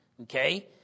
Okay